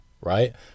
right